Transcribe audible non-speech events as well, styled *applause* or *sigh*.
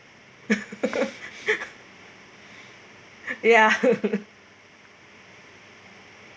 *laughs* ya *laughs*